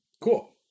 Cool